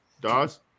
Dawes